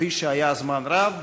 כפי שהיה זמן רב,